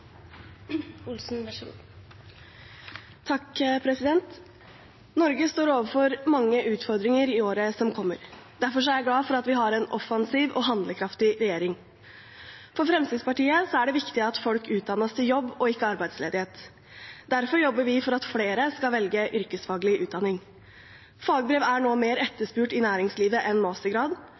jeg glad for at vi har en offensiv og handlekraftig regjering. For Fremskrittspartiet er det viktig at folk utdannes til jobb og ikke til arbeidsledighet. Derfor jobber vi for at flere skal velge yrkesfaglig utdanning. Fagbrev er nå mer etterspurt i næringslivet enn mastergrad,